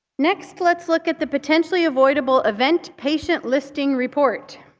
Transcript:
next let's look at the potentially avoidable event patient listing report.